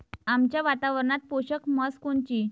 आमच्या वातावरनात पोषक म्हस कोनची?